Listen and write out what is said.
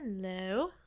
hello